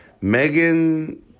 Megan